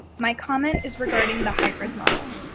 my comment is regarding the hybrid model.